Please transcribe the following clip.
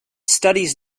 studies